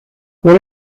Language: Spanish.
por